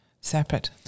separate